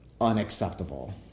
unacceptable